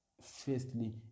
firstly